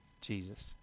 Jesus